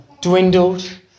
dwindled